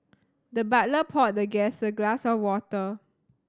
the butler poured the guest a glass of water